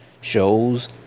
Shows